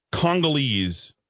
Congolese